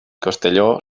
costelló